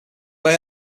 away